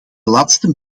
laatste